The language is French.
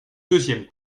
deuxième